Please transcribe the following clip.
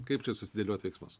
kaip čia susidėliot veiksmus